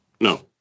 No